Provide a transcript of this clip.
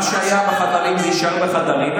מה שהיה בחדרים יישאר בחדרים,